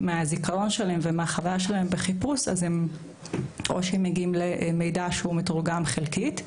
מהזיכרון ומהחוויה שלהם בחיפוש הם מגיעים למידע שמתורגם חלקית,